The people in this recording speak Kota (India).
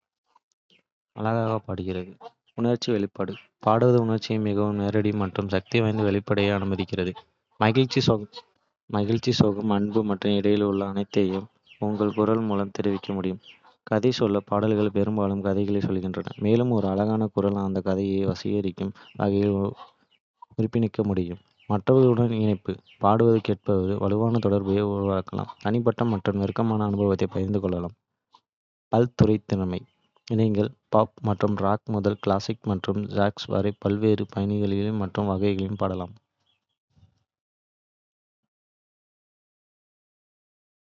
அழகாகப் பாடுகிறது. நன்மை. உணர்ச்சி வெளிப்பாடு பாடுவது உணர்ச்சிகளின் மிகவும் நேரடி மற்றும் சக்திவாய்ந்த வெளிப்பாட்டை அனுமதிக்கிறது. மகிழ்ச்சி, சோகம், அன்பு மற்றும் இடையில் உள்ள அனைத்தையும் உங்கள் குரல் மூலம் தெரிவிக்க முடியும். கதைசொல்லல் பாடல்கள் பெரும்பாலும் கதைகளைச் சொல்கின்றன, மேலும் ஒரு அழகான குரல் அந்தக் கதைகளை வசீகரிக்கும் வகையில் உயிர்ப்பிக்க முடியும். மற்றவர்களுடன் இணைப்பு பாடுவது கேட்பவர்களுடன் வலுவான தொடர்பை உருவாக்கலாம், தனிப்பட்ட மற்றும் நெருக்கமான அனுபவத்தைப் பகிர்ந்து கொள்ளலாம். பல்துறைத்திறன் நீங்கள் பாப் மற்றும் ராக் முதல் கிளாசிக்கல் மற்றும் ஜாஸ் வரை பல்வேறு பாணிகள் மற்றும் வகைகளில் பாடலாம்.